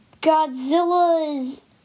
Godzilla's